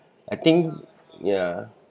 I think yeah